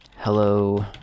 hello